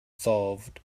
solved